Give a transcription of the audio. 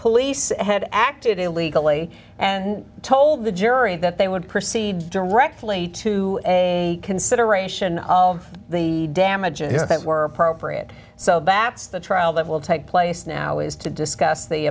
police had acted illegally and told the jury that they would proceed directly to a consideration of the damages that were appropriate so baps the trial that will take place now is to discuss the